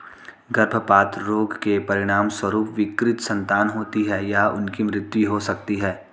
गर्भपात रोग के परिणामस्वरूप विकृत संतान होती है या उनकी मृत्यु हो सकती है